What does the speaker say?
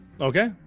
Okay